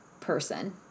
person